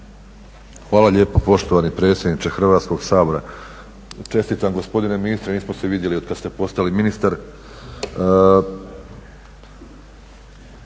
Hvala lijepa poštovani predsjedniče Hrvatskog sabora. Čestitam gospodine ministre, nismo se vidjeli otkad ste postali ministar.